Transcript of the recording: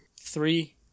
Three